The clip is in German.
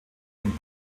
dem